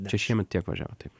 čia šiemet tiek važiavo taip